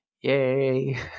Yay